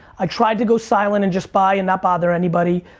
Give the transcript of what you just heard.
i tried to go silent and just buy and not bother anybody,